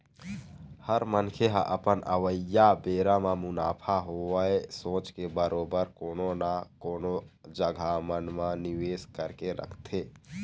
हर मनखे ह अपन अवइया बेरा म मुनाफा होवय सोच के बरोबर कोनो न कोनो जघा मन म निवेस करके रखथे